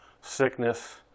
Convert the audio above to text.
sickness